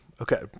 Okay